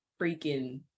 freaking